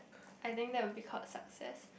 I think that would be called success